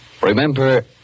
Remember